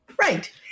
Right